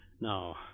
Now